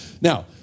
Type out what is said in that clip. Now